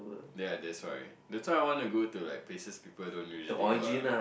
yea that's right that's why I want to go to like places people don't usually go ah